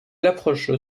l’approche